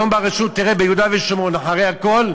היום ברשות, תראה, ביהודה ושומרון, אחרי הכול,